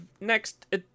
next